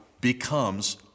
becomes